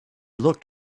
looked